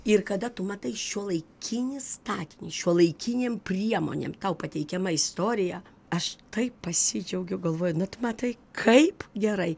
ir kada tu matai šiuolaikinį statinį šiuolaikinėm priemonėm tau pateikiama istorija aš taip pasidžiaugiau galvoju nu tu matai kaip gerai